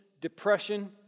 depression